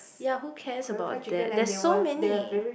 ya who cares about that there are so many